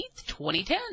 2010